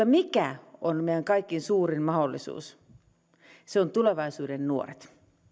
mikä on meidän kaikkein suurin mahdollisuus se on tulevaisuuden nuoret